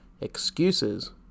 Excuses